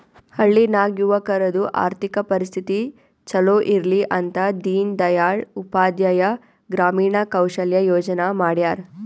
ಹಳ್ಳಿ ನಾಗ್ ಯುವಕರದು ಆರ್ಥಿಕ ಪರಿಸ್ಥಿತಿ ಛಲೋ ಇರ್ಲಿ ಅಂತ ದೀನ್ ದಯಾಳ್ ಉಪಾಧ್ಯಾಯ ಗ್ರಾಮೀಣ ಕೌಶಲ್ಯ ಯೋಜನಾ ಮಾಡ್ಯಾರ್